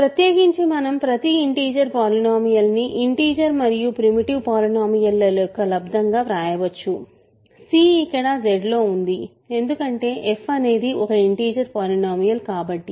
ప్రత్యేకించి మనం ప్రతి ఇంటిజర్ పాలినోమియల్ని ఇంటిజర్ మరియు ప్రీమిటివ్ పాలినోమియల్ ల యొక్క లబ్దం గా వ్రాయవచ్చు c ఇక్కడ Z లో ఉంది ఎందుకంటే f అనేది ఒక ఇంటిజర్ పాలినోమియల్ కాబట్టి